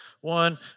one